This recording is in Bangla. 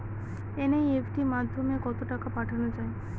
এন.ই.এফ.টি মাধ্যমে কত টাকা পাঠানো যায়?